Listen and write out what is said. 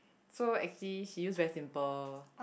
so actually she use very simple